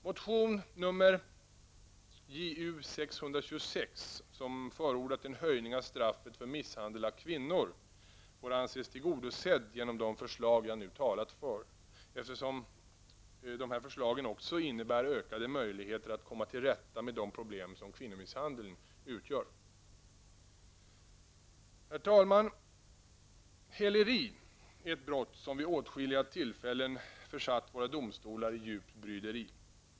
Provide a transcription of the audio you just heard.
Motion 1989/90:Ju626, där man förordar en höjning av straffet för misshandel av kvinnor, får anses tillgodosedd genom de förslag som jag nu har talat för och som också innebär ökade möjligheter att komma till rätta med det problem som kvinnomisshandeln utgör. Herr talman! Häleri är ett brott som vid åtskilliga tillfällen har försatt våra domstolar i djupt bryderi.